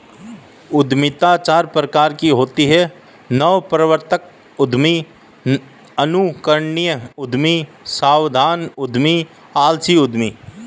उद्यमिता चार प्रकार की होती है नवप्रवर्तक उद्यमी, अनुकरणीय उद्यमी, सावधान उद्यमी, आलसी उद्यमी